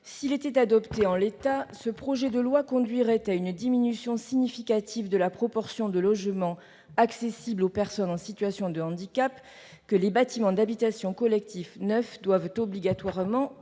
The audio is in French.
S'il était adopté en l'état, ce projet de loi conduirait à une diminution significative de la proportion de logements accessibles aux personnes en situation de handicap que les bâtiments d'habitation collectifs neufs doivent obligatoirement